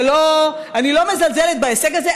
אני לא מזלזלת בהישג הזה.